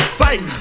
sight